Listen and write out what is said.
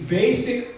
basic